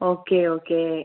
okay okay